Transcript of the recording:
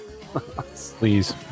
please